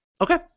Okay